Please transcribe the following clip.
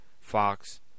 Fox